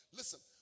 listen